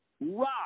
rock